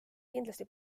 kindlasti